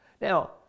Now